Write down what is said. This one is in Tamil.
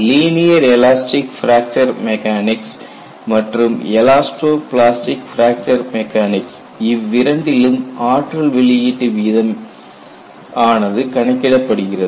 லீனியர் எலாஸ்டிக் பிராக்சர் மெக்கானிக்ஸ் மற்றும் எலாஸ்டோ பிளாஸ்டிக் பிராக்சர் மெக்கானிக்ஸ் இவ்விரண்டிலும் ஆற்றல் வெளியீட்டு வீதம் ஆனது கணக்கிடப்படுகிறது